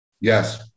Yes